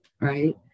right